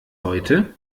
heute